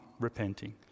repenting